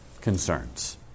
concerns